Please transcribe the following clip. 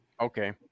Okay